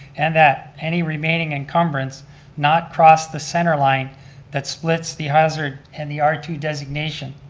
and that any remaining encumbrance not cross the center-line that splits the hazard and the r two designation.